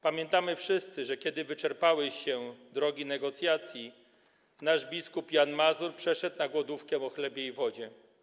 Pamiętamy wszyscy, że kiedy wyczerpały się drogi negocjacji, nasz biskup Jan Mazur rozpoczął głodówkę o chlebie i wodzie.